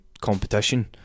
competition